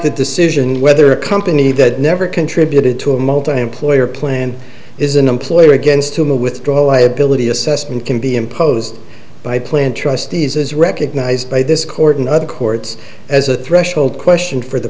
the decision whether a company that never contributed to a multiplayer plan is an employer against whom a withdraw liability assessment can be imposed by plan trustees as recognized by this court and other courts as a threshold question for the